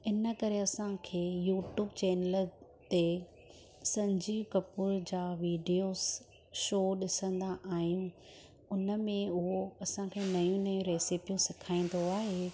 इन करे असांखे यूट्यूब चैनल ते संजीव कपूर जा वीडियोस शो ॾिसंदा आहियूं उनमें उहो असांखे नयूं नयूं रैसिपियूं सेखारींदो आहे